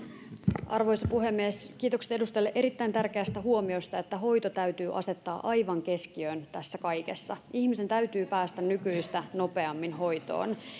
arvoisa puhemies kiitokset edustajalle erittäin tärkeästä huomiosta että hoito täytyy asettaa aivan keskiöön tässä kaikessa ihmisen täytyy päästä nykyistä nopeammin hoitoon